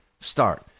start